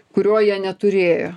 kurio jie neturėjo